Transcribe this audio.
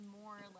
more